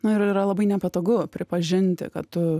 na ir yra labai nepatogu pripažinti kad tu